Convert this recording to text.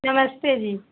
नमस्ते जी